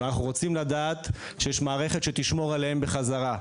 אבל אנחנו רוצים לדעת שיש מערכת שתשמור עליהן חזרה.